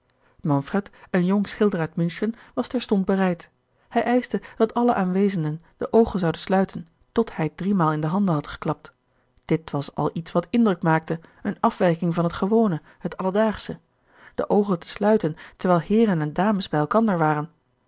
manfred een jong schilder uit munchen was terstond bereid hij eischte dat alle aanwezenden de oogen zouden sluiten tot hij driemaal in de handen had geklapt dit was al iets wat indruk maakte een afwijking van het gewone het alledaagsche de oogen te sluiten terwijl heeren en dames bij elkander waren